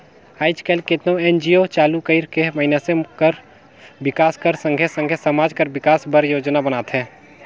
आएज काएल केतनो एन.जी.ओ चालू कइर के मइनसे मन कर बिकास कर संघे संघे समाज कर बिकास बर योजना बनाथे